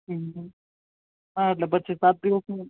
હં હા એટલે પછી પાચ દિવસનું